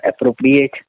appropriate